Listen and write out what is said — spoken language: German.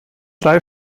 drei